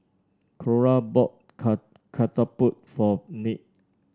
Clora bought ket ketupat for Nick